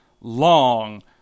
long